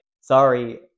sorry